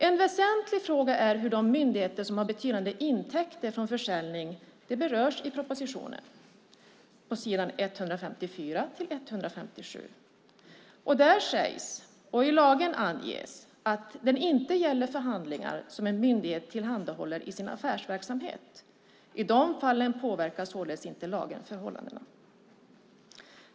En väsentlig fråga gäller de myndigheter som har betydande intäkter från försäljning. Den berörs i propositionen på s. 154-157. Där sägs, och i lagen anges, att lagen inte gäller för handlingar som en myndighet tillhandahåller i sin affärsverksamhet. I de fallen påverkar således inte lagen förhållandena.